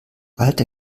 alte